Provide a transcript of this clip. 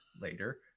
later